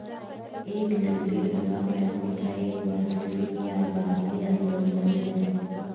एक नकदी प्रवाह पैसे का एक वास्तविक या आभासी आंदोलन है